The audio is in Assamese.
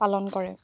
পালন কৰে